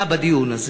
היה בדיון הזה,